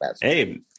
Hey